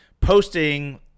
posting